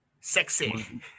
Sexy